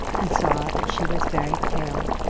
and saw that she was very pale,